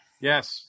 Yes